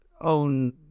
own